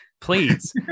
please